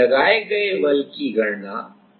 लगाए गये बल की गणना आसानी से कर सकते हैं